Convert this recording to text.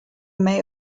may